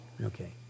Okay